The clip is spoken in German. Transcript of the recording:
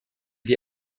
die